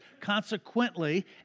consequently